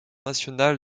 national